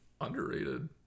Underrated